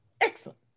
Excellent